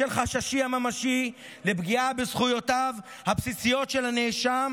בשל חששי הממשי לפגיעה בזכויותיו הבסיסיות של הנאשם